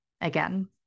Again